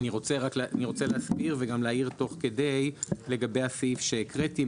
אני רוצה להסביר וגם להעיר תוך כדי לגבי הסעיף שהקראתי.